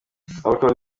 alcool